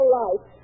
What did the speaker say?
life